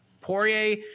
Poirier